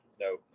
No